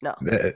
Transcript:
no